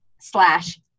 slash